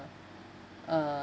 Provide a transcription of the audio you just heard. uh